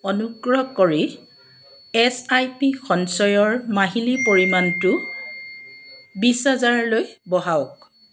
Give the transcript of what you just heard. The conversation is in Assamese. অনুগ্ৰহ কৰি এছ আই পি সঞ্চয়ৰ মাহিলী পৰিমাণটো বিছ হেজাৰলৈ বঢ়াওক